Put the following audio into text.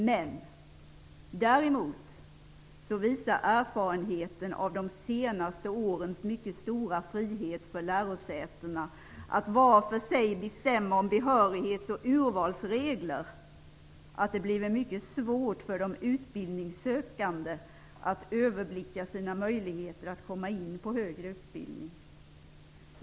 Men däremot visar erfarenheten av de senaste årens mycket stora frihet för lärosätena att var för sig bestämma om behörighets och urvalsregler att det har blivit mycket svårt för de utbildningssökande att överblicka sina möjligheter att komma in på högre utbildning.